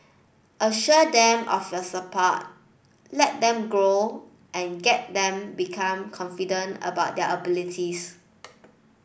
assure them of your support let them grow and get them become confident about their abilities